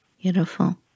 Beautiful